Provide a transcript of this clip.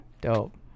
Dope